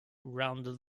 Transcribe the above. rounded